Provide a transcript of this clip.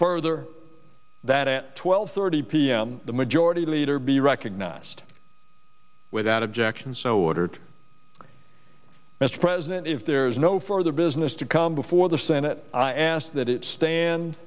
further that at twelve thirty p m the majority leader be recognized without objection so ordered mr president if there is no further business to come before the senate i ask that it stand